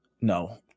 No